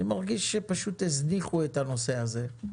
אני מרגיש שפשוט הזניחו את הנושא הזה.